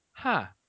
ha